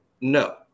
No